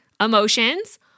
emotions